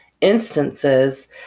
instances